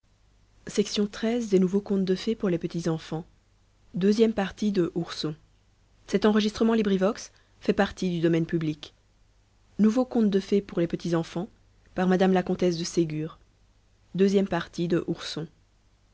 bibliothèque nationale de france bnfgallica nouveaux contes de fées pour les petits enfants par mme la comtesse de